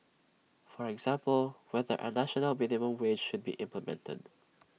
for example whether A national minimum wage should be implemented